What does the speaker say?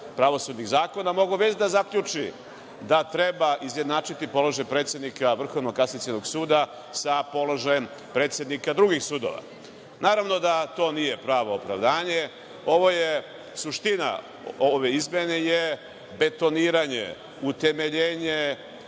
pravosudnih zakona mogao već da zaključi da treba izjednačiti položaj predsednika Vrhovnog kasacionog suda sa položajem predsednika drugih sudova. Naravno, da to nije pravo opravdanje. Suština ove izmene je betoniranje, utemeljenje